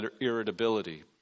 irritability